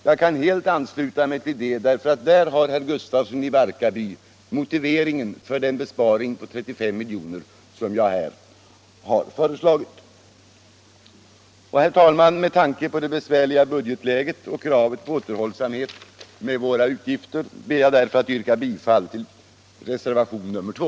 Jag kan helt ansluta mig till det — därför att där har herr Gustafsson i Barkarby motiveringen till den besparing på 35 milj.kr. som jag här har föreslagit. Herr talman! Med tanke på det besvärliga budgetläget och kravet på återhållsamhet med våra utgifter ber jag därför att få yrka bifall till reservationen 2.